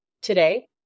today